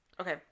Okay